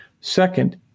Second